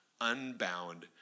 unbound